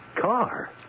car